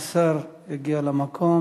השר הגיע למקום.